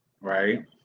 right